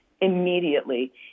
immediately